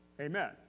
Amen